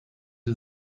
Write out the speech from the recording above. sie